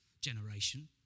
generation